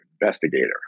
investigator